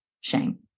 shame